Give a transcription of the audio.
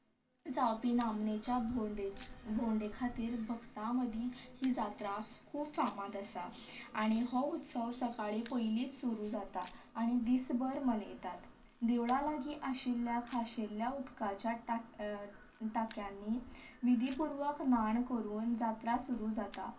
जावपी नामनेच्या भोंवडेच् भोंवडे खातीर भक्तां मदीं ही जात्रा खूब फामाद आसा आनी हो उत्सव सकाळीं पयलींच सुरू जाता आनी दिसभर मनयतात देवळां लागीं आशिल्ल्या खाशेल्या उदकाच्या टाक टाक्यांनी विधी पुर्वक न्हाण करून जात्रा सुरू जाता